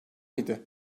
miydi